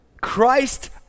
Christ